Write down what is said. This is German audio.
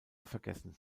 vergessen